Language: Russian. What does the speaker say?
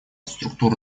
структур